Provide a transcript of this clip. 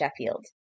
Sheffield